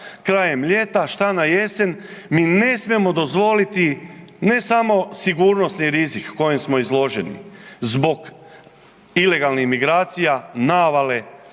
krajem ljeta, što na jesen. Mi ne smijemo dozvoliti ne samo sigurnosni rizik kojem smo izloženi zbog ilegalnih emigracija, navale